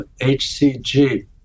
HCG